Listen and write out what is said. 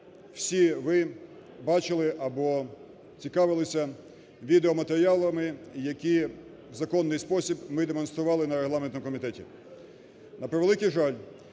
всі ви бачили або цікавилися відеоматеріалами, які в законний спосіб ми демонстрували на регламентному комітеті.